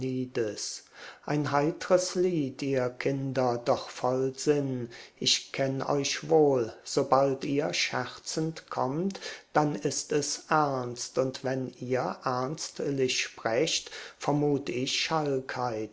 ein heitres lied ihr kinder doch voll sinn ich kenn euch wohl sobald ihr scherzend kommt dann ist es ernst und wenn ihr ernstlich sprecht vermut ich schalkheit